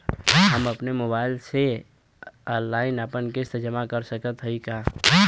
हम अपने मोबाइल से ऑनलाइन आपन किस्त जमा कर सकत हई का?